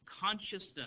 consciousness